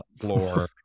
floor